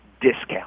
discount